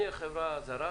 נניח שאני החברה הזרה